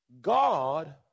God